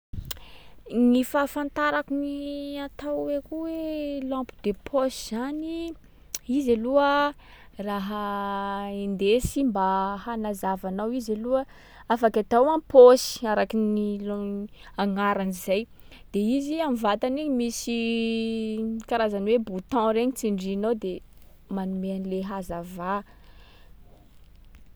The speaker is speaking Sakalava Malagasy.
Gny fahafantarako gny atao hoe koa hoe lampe de poche zany, izy aloha raha indesy mba hanazava anao izy aloha. Afaky atao am-paosy, araky ny lo- agnarany zay. De izy am'vatany iny misy karazan’ny hoe bouton regny tsindrianao de manome an’le hazavà.